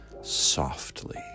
softly